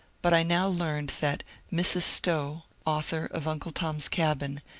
but i now learned that mrs. stowe, author of uncle tom's cabin,